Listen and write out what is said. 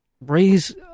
raise